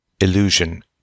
illusion